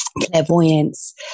clairvoyance